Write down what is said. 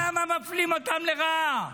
למה מפלים אותן לרעה?